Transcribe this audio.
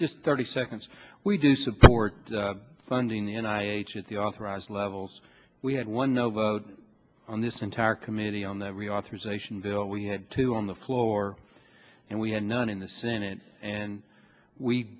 just thirty seconds we do support funding and i get the authorised levels we had one over on this entire committee on the reauthorization bill we had two on the floor and we had none in the senate and we